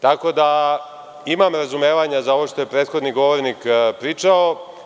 Tako da, imam razumevanja za ovo što je prethodni govornik pričao.